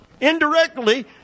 Indirectly